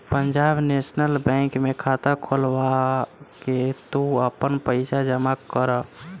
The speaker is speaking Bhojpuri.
पंजाब नेशनल बैंक में खाता खोलवा के तू आपन पईसा जमा करअ